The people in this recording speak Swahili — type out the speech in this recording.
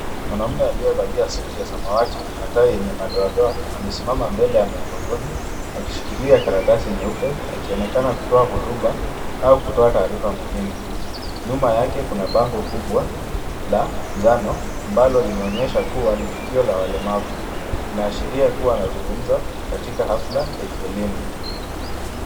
Mwanamume aliyevalia suti ya samawati na tai yenye madoadoa amesimama mbele ya mikrofoni akishikilia karatasi nyeupe, akionekana kutoa hotuba au kutoa taarifa muhimu, nyuma yake kuna bango kubwa la njano ambalo linaonyesha kuwa ni tukio la walemavu, linaashiria kuwa anazungumza katika hafla ya kielimu.